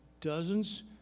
dozens